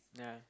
yeah